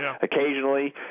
occasionally